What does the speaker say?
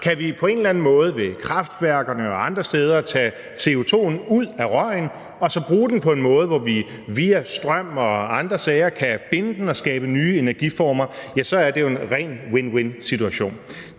Kan vi på en eller anden måde ved kraftværkerne og andre steder tage CO2'en ud af røgen og så bruge den på en måde, hvor vi via strøm og andre sager kan binde den og skabe nye energiformer, ja, så er det en ren win-win-situation.